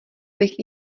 bych